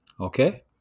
okay